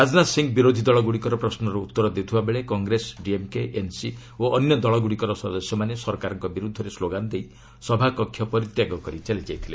ରାଜନାଥ ସିଂହ ବିରୋଧୀ ଦଳଗୁଡ଼ିକର ପ୍ରଶ୍ନର ଉଉର ଦେଉଥିବା ବେଳେ କଂଗ୍ରେସ ଡିଏମ୍କେ ଏନ୍ସି ଓ ଅନ୍ୟ ଦଳଗୁଡ଼ିକର ସଦସ୍ୟମାନେ ସରକାରଙ୍କ ବିରୁଦ୍ଧରେ ସ୍କୋଗାନ୍ ଦେଇ ସଭାକକ୍ଷ ପରିତ୍ୟାଗ କରି ଚାଲିଯାଇଥିଲେ